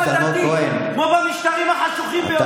הדתית כמו במשטרים החשוכים ביותר,